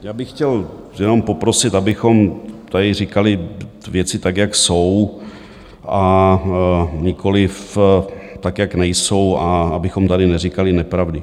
Já bych chtěl jenom poprosit, abychom tady říkali věci tak, jak jsou, a nikoliv tak, jak nejsou, a abychom tady neříkali nepravdy.